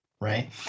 right